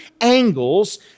angles